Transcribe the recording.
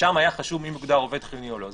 שם היה חשוב מי מוגדר עובד חיוני או לא.